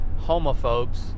homophobes